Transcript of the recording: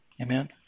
Amen